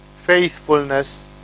faithfulness